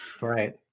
Right